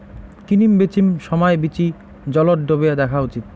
কিনিম বিচিম সমাই বীচি জলত ডোবেয়া দ্যাখ্যা উচিত